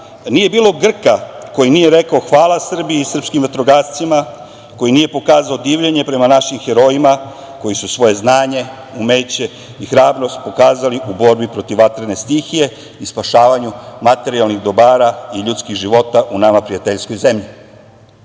nije bilo Grka koji nije rekao – hvala Srbiji i srpskim vatrogascima, koji nije pokazao divljenje prema našim herojima, koji su svoje znanje, umeće i hrabrost pokazali u borbi protiv vatrene stihije i spašavanju materijalnih dobara i ljudskih života u nama prijateljskoj zemlji. Upravo